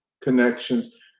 connections